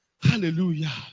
hallelujah